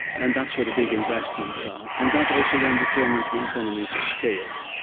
and that's where the big investments are. and that also then determines the economies of scale.